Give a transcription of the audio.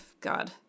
God